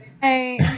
Hey